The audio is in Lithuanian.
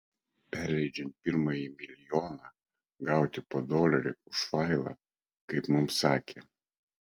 perleidžiant pirmąjį milijoną gauti po dolerį už failą kaip mums sakė